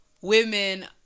women